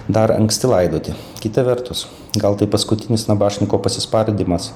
dar anksti laidoti kita vertus gal tai paskutinis nabašniko pasispardymas